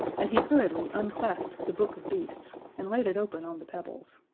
and he hurriedly unclasped the book of beasts and laid it open on the pebbles.